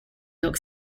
york